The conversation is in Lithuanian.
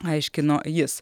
aiškino jis